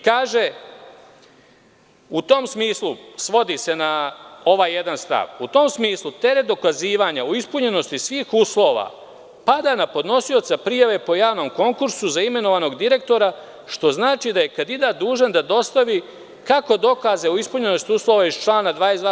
Kaže, u tom smislu svodi se na ovaj jedan stav, u tom smislu teret dokazivanja o ispunjenosti svih uslova pada na podnosioca prijave po javnom konkursu za imenovanog direktora, što znači kandidat je dužan da dostavi kako dokaze o ispunjenosti uslova iz člana 22.